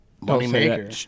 Money-maker